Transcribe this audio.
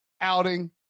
outing